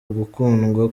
gukundwa